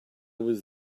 was